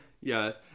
Yes